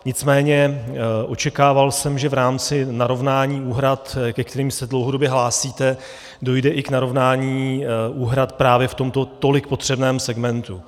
Nicméně očekával jsem, že v rámci narovnání úhrad, ke kterým se dlouhodobě hlásíte, dojde i k narovnání úhrad právě v tomto tolik potřebném segmentu.